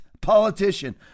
politician